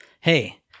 Hey